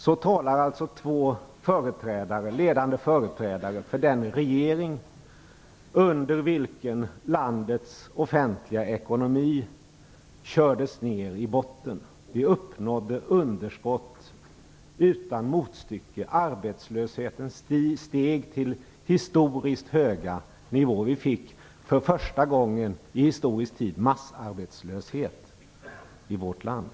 Så talar två ledande företrädare för den regering under vilken landets offentliga ekonomi kördes ner i botten. Vi uppnådde underskott utan motstycke, arbetslösheten steg till historiskt höga nivåer. Vi fick för första gången i historisk tid massarbetslöshet i vårt land.